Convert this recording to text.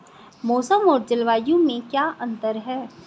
मौसम और जलवायु में क्या अंतर?